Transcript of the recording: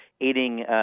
aiding